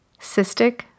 cystic